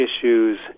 issues